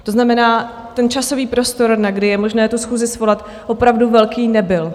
To znamená, ten časový prostor, na kdy je možné tu schůzi svolat, opravdu velký nebyl.